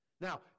Now